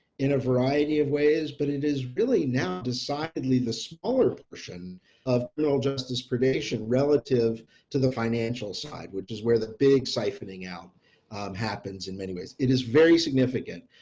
in a variety of ways, but it is really now decidedly the smaller portion of criminal justice predation relative to the financial side, which is where the big siphoning out happens in many ways. it is very significant,